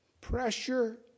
Pressure